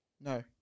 No